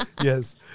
yes